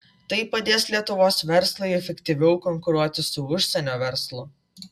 tai padės lietuvos verslui efektyviau konkuruoti su užsienio verslu